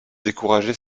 décourager